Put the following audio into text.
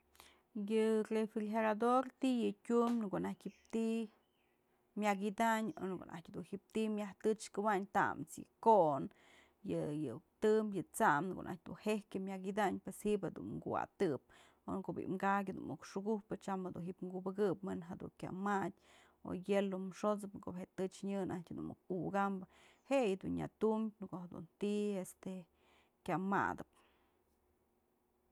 Yë refrigerador t'i yë tyum në ko'o najtyë ji'ib ti'i myak ydanyë o në ko'o najtyë dun ji'ib ti'i myaj tëchkëwayn taës yë ko'on, yë tëm yë t'sam në ko'o naj dun jeyk je myëk ydanyë pues jibë jedun kuwatëp, o në ko'o bi'i ka'akyë muk xukujpë tyam dun jibë kubëkëp we'en jedun kya madyë o hielo xosëp ko'o je tëchnyë muk ukambë jë yëdun nyatum në ko'o jedun ti'i este kya madëp.